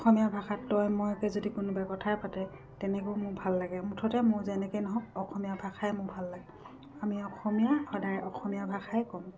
অসমীয়া ভাষাত তই মইকে যদি কোনোবাই কথাই পাতে তেনেকেও মোৰ ভাল লাগে মুঠতে মোৰ যেনেকে নহওক অসমীয়া ভাষাই মোৰ ভাল লাগে আমি অসমীয়া সদায় অসমীয়া ভাষাই ক'ম